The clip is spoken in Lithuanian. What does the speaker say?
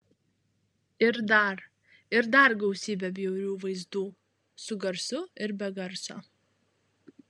ir dar ir dar gausybę bjaurių vaizdų su garsu ir be garso